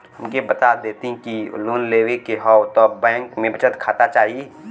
हमके बता देती की लोन लेवे के हव त बैंक में बचत खाता चाही?